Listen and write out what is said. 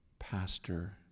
Pastor